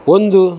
ಒಂದು